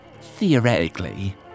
Theoretically